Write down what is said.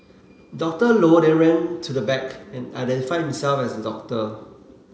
Doctor Low then ran to the back and identified himself as a doctor